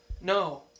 No